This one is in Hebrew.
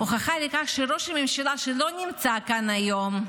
לכך שראש הממשלה, שלא נמצא כאן היום,